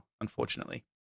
unfortunately